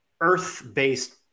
Earth-based